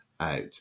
out